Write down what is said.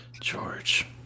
George